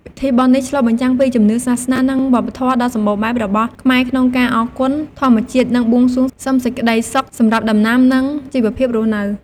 ពិធីបុណ្យនេះឆ្លុះបញ្ចាំងពីជំនឿ សាសនា និងវប្បធម៌ដ៏សម្បូរបែបរបស់ខ្មែរក្នុងការអរគុណធម្មជាតិ និងបួងសួងសុំសេចក្តីសុខសម្រាប់ដំណាំ និងជីវភាពរស់នៅ។